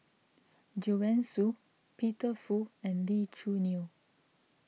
Joanne Soo Peter Fu and Lee Choo Neo